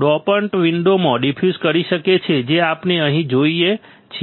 ડોપન્ટ્સવિન્ડોમાં diffuse કરી શકે છે જે આપણે અહીં જોઈએ છીએ